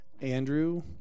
Andrew